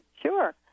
Sure